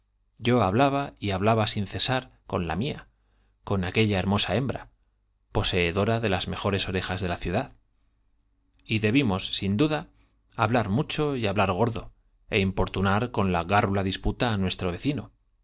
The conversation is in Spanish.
yo hablaba y hablaba sin cesar con la mía con aquella hermosa hembra poseedora de las mejores orejas de la ciudad y debimos sin duda hablar mucho y hablar gordo é importunar con la gárrula disputa á nuestro vecino